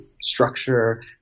structure